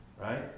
right